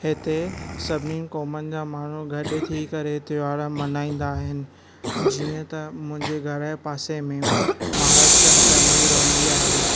हिते सभिनि क़ौमुनि जा माण्हूं गॾु थी करे त्योहार मल्हाईंदा आहिनि जीअं त मुंहिंजे घर जे पासे में महाराष्ट्र्नि फैमली रहंदी आहे